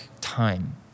time